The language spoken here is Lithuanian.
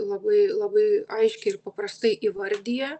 labai labai aiškiai ir paprastai įvardija